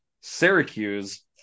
Syracuse